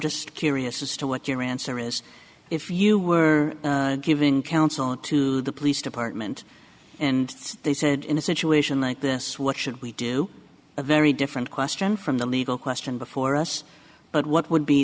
just curious as to what your answer is if you were giving counsel to the police department and they said in a situation like this what should we do a very different question from the legal question before us but what would be